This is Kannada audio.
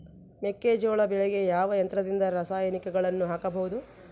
ಮೆಕ್ಕೆಜೋಳ ಬೆಳೆಗೆ ಯಾವ ಯಂತ್ರದಿಂದ ರಾಸಾಯನಿಕಗಳನ್ನು ಹಾಕಬಹುದು?